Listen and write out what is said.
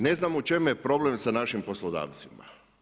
Ne znam u čemu je problem sa našim poslodavcima.